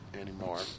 anymore